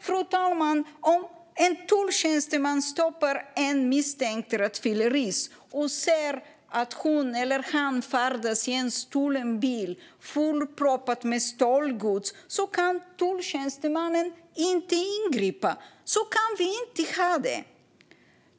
Fru talman! Om en tulltjänsteman stoppar en misstänkt rattfyllerist och ser att hon eller han färdas i en stulen bil fullproppad med stöldgods kan tulltjänstemannen inte ingripa. Så kan vi inte ha det.